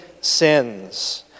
sins